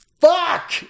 fuck